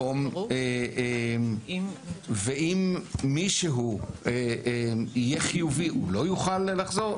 האם מישהו שיהיה חיובי לא יוכל לחזור?